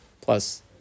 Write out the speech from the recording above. plus